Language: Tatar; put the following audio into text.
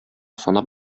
санап